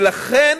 ולכן,